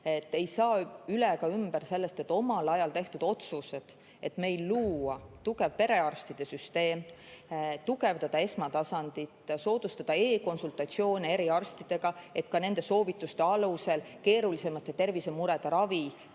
ei saa üle ega ümber sellest, et omal ajal tehtud otsused luua tugev perearstisüsteem, tugevdada esmatasandit, soodustada e-konsultatsioone eriarstidega, et ka nende soovituste alusel keerulisemate tervisemurede ravi